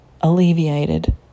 alleviated